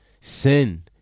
Sin